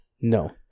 No